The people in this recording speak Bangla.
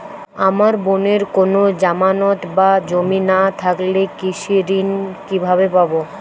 আমার বোনের কোন জামানত বা জমি না থাকলে কৃষি ঋণ কিভাবে পাবে?